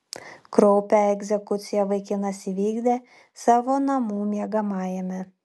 kraupią egzekuciją vaikinas įvykdė savo namų miegamajame